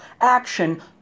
action